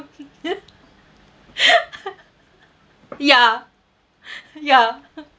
ya ya